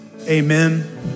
amen